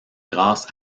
grâces